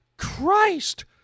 Christ